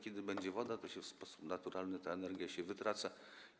Kiedy będzie woda, w sposób naturalny ta energia się wytraci.